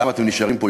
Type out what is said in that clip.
למה אתם נשארים פה?